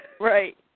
Right